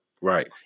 Right